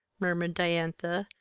murmured diantha,